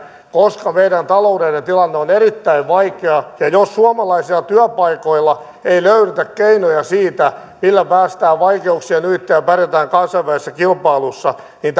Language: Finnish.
koska meidän taloudellinen tilanteemme on erittäin vaikea ja jos suomalaisilla työpaikoilla ei löydetä keinoja siinä millä päästään vaikeuksien ylitse ja pärjätään kansainvälisessä kilpailussa niin